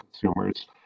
consumers